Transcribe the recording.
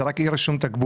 זה רק אי רישום תקבול.